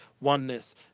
oneness